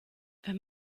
wenn